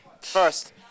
first